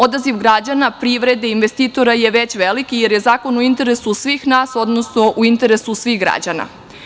Odaziv građana, privrede, investitora je već veliki, jer je zakon u interesu svih nas, odnosno u interesu svih građana.